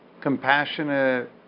compassionate